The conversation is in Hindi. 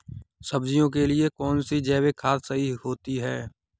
सब्जियों के लिए कौन सी जैविक खाद सही होती है?